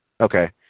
Okay